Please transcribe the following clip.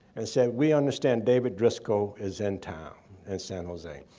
and said, we understand david driskell is in town in san jose.